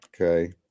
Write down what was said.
Okay